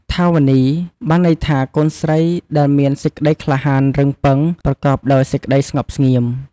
ថាវនី បានន័យថា កូនស្រីដែលមានសេចក្តីក្លាហានរឹងបុឹង ប្រកបដោយសេចក្តីស្ងប់ស្ងៀម។